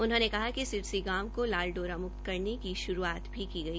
उन्होंने कहा कि सिरसी गांव को लाल डोरा मुक्त करने की श्रूआत भी की गई